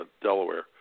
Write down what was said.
Delaware